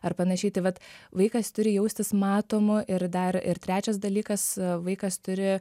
ar panašiai tai vat vaikas turi jaustis matomu ir dar ir trečias dalykas vaikas turi